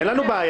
אין לנו בעיה.